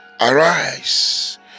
arise